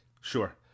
Sure